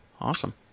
Awesome